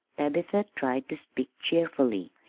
tabitha tried to speak cheerfully.